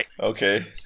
Okay